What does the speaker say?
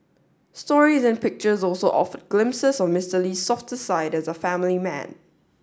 stories and pictures also offered glimpses of Mister Lee's softer side as a family man